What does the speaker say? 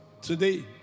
Today